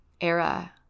era